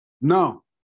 No